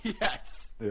Yes